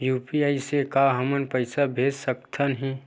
UPI से का हमर पईसा भेजा सकत हे?